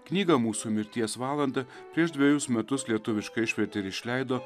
knygą mūsų mirties valandą prieš dvejus metus lietuviškai išvertė ir išleido